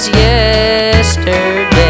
yesterday